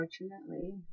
unfortunately